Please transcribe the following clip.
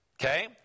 Okay